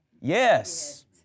Yes